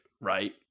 right